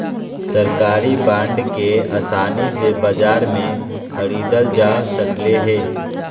सरकारी बांड के आसानी से बाजार से ख़रीदल जा सकले हें